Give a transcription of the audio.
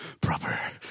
proper